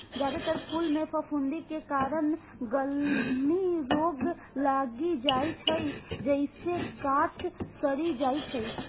जादेतर फूल मे फफूंदी के कारण गलनी रोग लागि जाइ छै, जइसे गाछ सड़ि जाइ छै